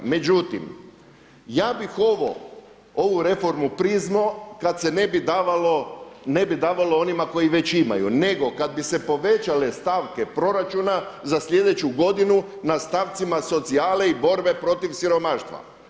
Međutim, ja bih ovo, ovu reformu priznao kad se ne bi davalo onima koji već imaju, nego kad bi se povećale stavke proračuna za sljedeću godinu na stavcima socijale i borbe protiv siromaštva.